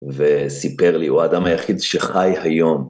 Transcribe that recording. וסיפר לי, הוא האדם היחיד שחי היום.